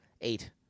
Eight